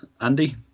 Andy